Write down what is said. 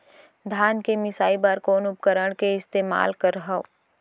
धान के मिसाई बर कोन उपकरण के इस्तेमाल करहव?